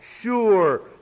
sure